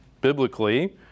biblically